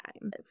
time